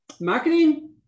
Marketing